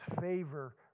favor